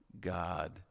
God